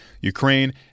Ukraine